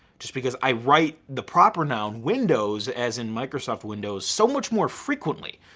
just because i write the proper noun windows as in microsoft windows so much more frequently.